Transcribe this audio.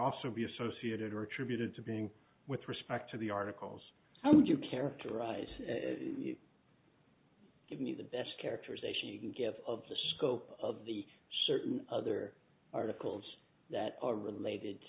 also be associated or attributed to being with respect to the articles how would you characterize give me the best characterization you can give of the scope of the certain other articles that are related